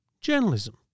journalism